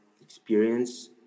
experience